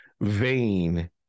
vain